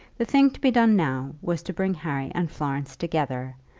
the thing to be done now was to bring harry and florence together,